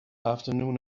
afternoon